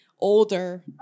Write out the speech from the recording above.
older